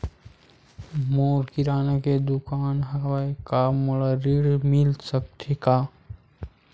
मोर किराना के दुकान हवय का मोला ऋण मिल सकथे का?